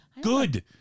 Good